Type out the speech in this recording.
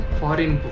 foreign